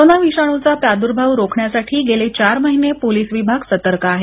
corona विषाणूचा प्राद्भाव रोखण्यासाठी गेले चार महिने पोलीस विभाग सतर्क आहे